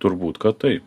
turbūt kad taip